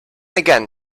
again